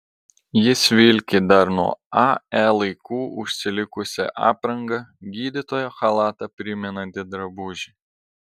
jis vilki dar nuo ae laikų užsilikusią aprangą gydytojo chalatą primenantį drabužį